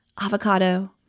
avocado